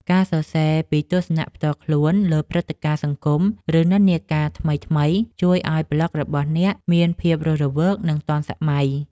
ការសរសេរពីទស្សនៈផ្ទាល់ខ្លួនលើព្រឹត្តិការណ៍សង្គម ឬនិន្នាការថ្មីៗ ជួយឱ្យប្លក់របស់អ្នកមានភាពរស់រវើក និងទាន់សម័យ។